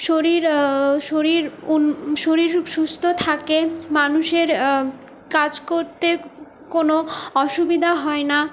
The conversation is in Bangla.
শরীর শরীর শরীর সুস্থ থাকে মানুষের কাজ করতে কোনো অসুবিধা হয় না